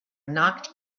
knocked